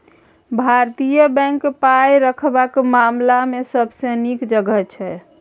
भारतीय बैंक पाय रखबाक मामला मे सबसँ नीक जगह छै